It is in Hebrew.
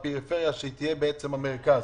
הפריפריה, שהיא תהיה בעצם המרכז.